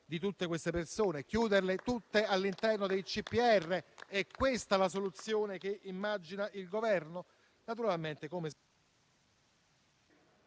di tutte queste persone: chiuderle tutte all'interno dei CPR? È questa la soluzione che immagina il Governo?